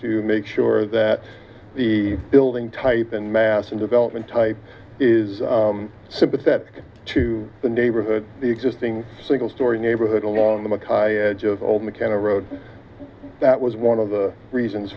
to make sure that the building type and mass and development type is sympathetic to the neighborhood the existing single storey neighborhood along the makati old mckenna road that was one of the reasons